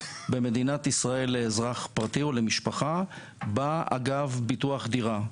במדינת ישראל לאזרח פרטי או למשפחה בא אגב ביטוח דירה,